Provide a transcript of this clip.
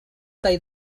tall